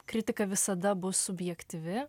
kritika visada bus subjektyvi